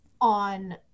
on